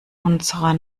unserer